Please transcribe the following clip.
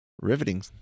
riveting